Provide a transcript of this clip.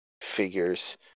figures